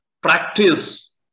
practice